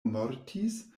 mortis